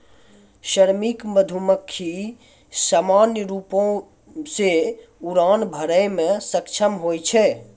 श्रमिक मधुमक्खी सामान्य रूपो सें उड़ान भरै म सक्षम होय छै